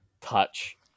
touch